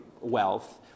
wealth